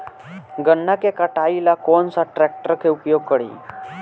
गन्ना के कटाई ला कौन सा ट्रैकटर के उपयोग करी?